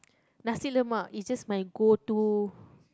Nasi-Lemak is just my go to